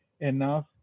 enough